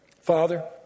Father